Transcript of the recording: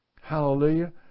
Hallelujah